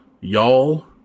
Y'all